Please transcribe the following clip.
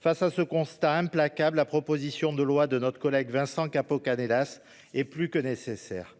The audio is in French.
Face à ce constat implacable, la proposition de loi de notre collègue Vincent Capo-Canellas est plus que nécessaire.